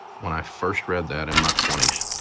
when i first read that in my twenty s,